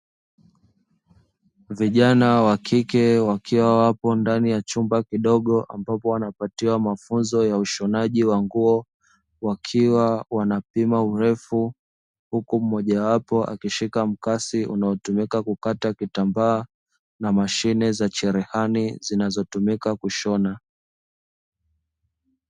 Vijana wa kike, wakiwa wapo ndani ya chumba kidogo, ambapo wanapatiwa mafunzo ya ushonaji wa nguo. Wakiwa wanapima urefu, huku mmojawapo akishika mkasi unaotumika kukata kitambaa na mashine za cherehani zinazotumika kushona.